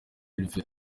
hervé